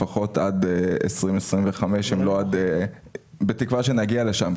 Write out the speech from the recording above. לפחות עד 2025 - בתקווה שנגיע לשם,